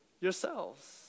yourselves